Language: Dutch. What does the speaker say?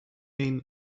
een